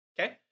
Okay